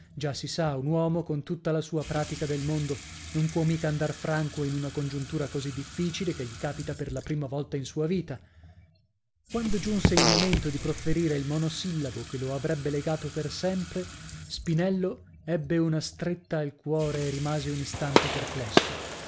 già si sa un uomo con tutta la sua pratica del mondo non può mica andar franco in una congiuntura così difficile che gli capita per la prima volta in sua vita quando giunse il momento di profferire il monosillabo che lo avrebbe legato per sempre spinello ebbe una stretta al cuore e rimase un istante perplesso